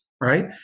right